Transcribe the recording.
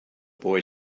boy